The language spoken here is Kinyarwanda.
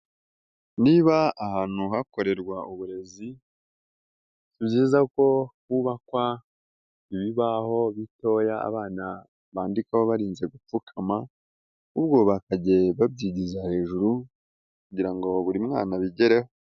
Niba ahantu hakorerwa uburezi si byiza ko hubakwa ibibaho bitoya abana bandikaho barinze gupfukama ahubwo bakagiye babyigiza hejuru kugira ngo buri mwana abigereho.